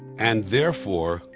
and therefore,